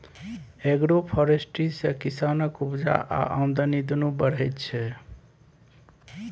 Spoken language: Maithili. एग्रोफोरेस्ट्री सँ किसानक उपजा आ आमदनी दुनु बढ़य छै